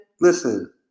Listen